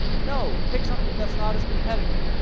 no, pick something that's not as competitive.